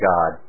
God